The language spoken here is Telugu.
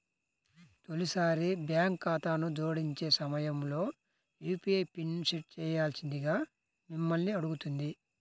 తొలిసారి బ్యాంక్ ఖాతాను జోడించే సమయంలో యూ.పీ.ఐ పిన్ని సెట్ చేయాల్సిందిగా మిమ్మల్ని అడుగుతుంది